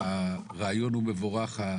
הרעיון הוא מבורך,